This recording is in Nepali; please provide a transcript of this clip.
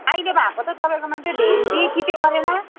अहिले भएको चाहिँ तपाईँकोमा चाहिँ भिन्डी तिते करेला